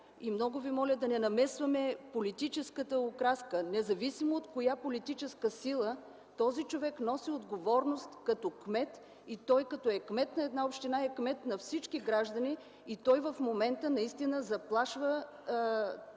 на община, да не намесваме политическата окраска, независимо от коя политическа сила е, този човек носи отговорност като кмет. Като е кмет на една община, е кмет на всички граждани, а в момента наистина заплашва състоянието